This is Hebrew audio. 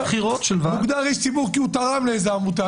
הוא מוגדר כאיש ציבור כי הוא תרם לאיזה עמותה,